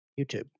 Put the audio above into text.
YouTube